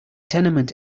tenement